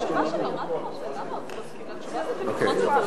אדוני היושב-ראש,